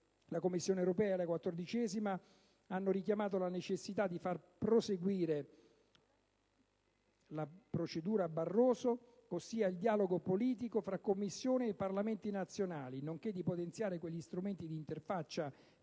La Commissione europea e la 14a Commissione hanno richiamato la necessità di far proseguire la Procedura Barroso, ossia il dialogo politico fra Commissione e Parlamenti nazionali, nonché di potenziare quegli strumenti di interfaccia